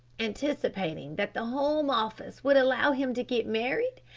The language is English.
anticipating that the home office would allow him to get married,